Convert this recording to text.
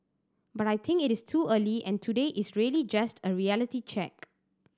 but I think it is too early and today is really just a reality check